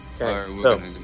Okay